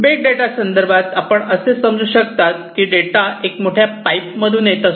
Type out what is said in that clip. big data संदर्भात आपण असे समजू शकतात की डेटा एक मोठ्या पाईप मधून येत असतो